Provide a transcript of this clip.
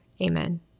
Amen